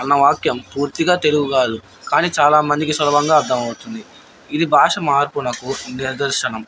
అన్న వాక్యం పూర్తిగా తెలుగు కాదు కానీ చాలామందికి సులభంగా అర్థంమవుతుంది ఇది భాష మార్పు నాకు నిర్దర్శనం